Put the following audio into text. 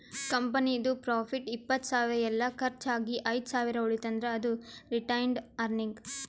ಕಂಪನಿದು ಪ್ರಾಫಿಟ್ ಇಪ್ಪತ್ತ್ ಸಾವಿರ ಎಲ್ಲಾ ಕರ್ಚ್ ಆಗಿ ಐದ್ ಸಾವಿರ ಉಳಿತಂದ್ರ್ ಅದು ರಿಟೈನ್ಡ್ ಅರ್ನಿಂಗ್